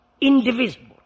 indivisible